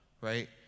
right